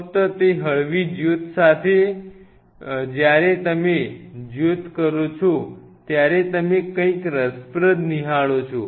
ફક્ત તે હળવી જ્યોત સાથે જ્યારે તમે જ્યોત કરો છો ત્યારે તમે કંઈક રસપ્રદ નિહાળો છો